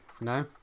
No